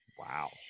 Wow